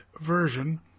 version